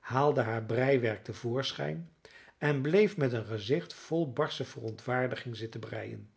haalde haar breiwerk tevoorschijn en bleef met een gezicht vol barsche verontwaardiging zitten breien